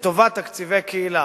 לטובת תקציבי קהילה.